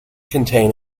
contain